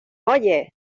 oye